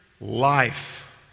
life